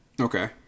Okay